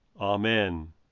Amen